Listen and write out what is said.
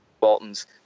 Walton's